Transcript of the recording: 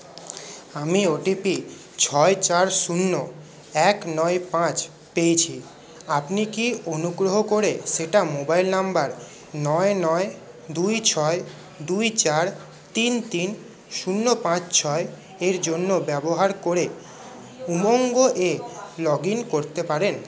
আমি O T P ছয় চার শূন্য এক নয় পাঁচ পেয়েছি আপনি কি অনুগ্রহ করে সেটা মোবাইল নম্বর নয় নয় দুই ছয় দুই চার তিন তিন শূন্য পাঁচ ছয় এর জন্য ব্যবহার করে উমঙ্গ এ লগ ইন করতে পারেন